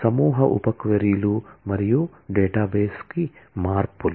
సమూహసబ్ query లు మరియు డేటాబేస్కు మార్పులు